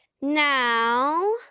Now